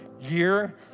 year